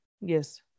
Yes